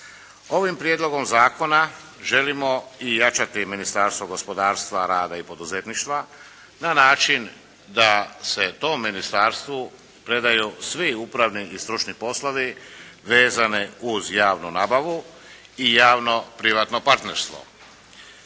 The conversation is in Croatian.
Ovim prijedlogom zakona želimo i jačati Ministarstvo gospodarstva, rada i poduzetništva na način da se tom ministarstvu predaju svi upravni i stručni poslovi vezani uz javnu nabavu i javno privatno partnerstvo.